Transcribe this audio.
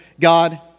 God